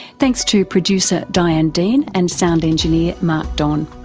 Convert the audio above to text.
thanks to producer diane dean and sound engineer mark don.